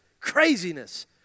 craziness